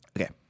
Okay